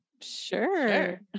Sure